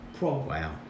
wow